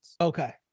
Okay